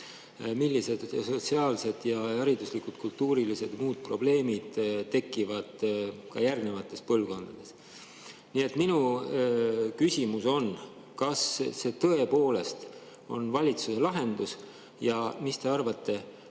Millised sotsiaalsed ja hariduslikud, kultuurilised ja muud probleemid tekivad ka järgnevates põlvkondades. Nii et minu küsimus on: kas see tõepoolest on valitsuse lahendus, ja mis te arvate,